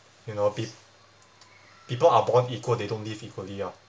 you know pep~ people are born equal they don't live equally ah